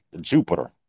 Jupiter